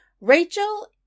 Rachel